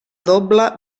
doble